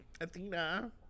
Athena